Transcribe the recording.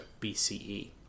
BCE